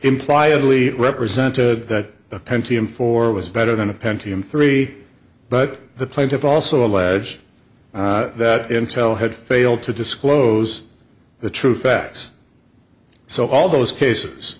imply italy represented that the pentium four was better than a pentium three but the plaintiffs also allege that intel had failed to disclose the true facts so all those cases